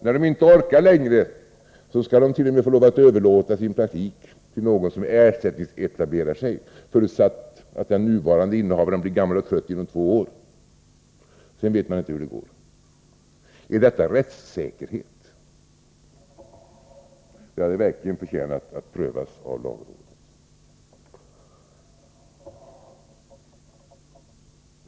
När de inte orkar längre skall de t.o.m. få lov att överlåta sin praktik till någon som ersättningsetablerar sig, förutsatt att den nuvarande innehavaren blir gammal och trött inom två år. Sedan vet man inte hur det går. Är detta rättssäkerhet? Det hade verkligen förtjänat att prövas av lagrådet.